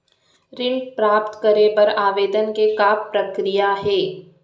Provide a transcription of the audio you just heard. ऋण प्राप्त करे बर आवेदन के का प्रक्रिया हे?